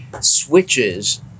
switches